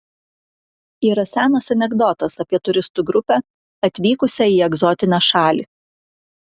yra senas anekdotas apie turistų grupę atvykusią į egzotinę šalį